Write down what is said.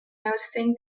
noticing